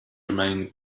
remained